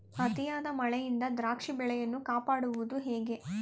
ಅತಿಯಾದ ಮಳೆಯಿಂದ ದ್ರಾಕ್ಷಿ ಬೆಳೆಯನ್ನು ಕಾಪಾಡುವುದು ಹೇಗೆ?